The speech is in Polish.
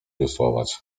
wiosłować